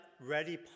ready